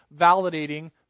validating